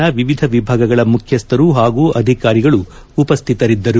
ನ ವಿವಿಧ ವಿಭಾಗಗಳ ಮುಖ್ಯಸ್ವರು ಹಾಗೂ ಅಧಿಕಾರಿಗಳು ಉಪ್ಯುತರಿದ್ದರು